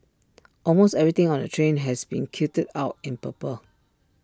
almost everything on the train has been kitted out in purple